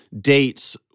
dates